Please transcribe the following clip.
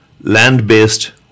land-based